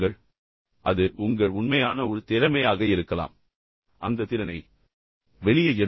எனவே அது உங்கள் உண்மையான உள் திறமையாக இருக்கலாம் மற்றும் அந்த திறனை வெளியே எடுங்கள்